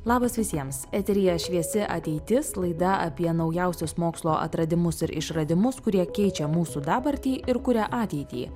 labas visiems eteryje šviesi ateitis laida apie naujausius mokslo atradimus ir išradimus kurie keičia mūsų dabartį ir kuria ateitį